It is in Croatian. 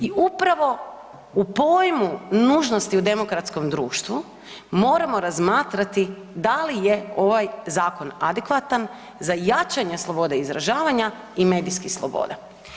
I upravo u pojmu nužnosti u demokratskom društvu moramo razmatrati da li je ovaj zakon adekvatan za jačanje slobode izražavanja i medijskih sloboda.